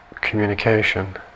communication